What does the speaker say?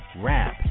rap